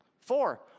Four